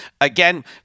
again